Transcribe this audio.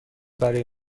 برای